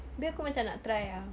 habis aku macam nak try ah